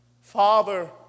Father